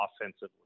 offensively